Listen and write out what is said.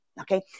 okay